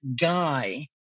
guy